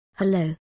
Hello